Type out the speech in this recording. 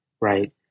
right